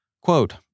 Quote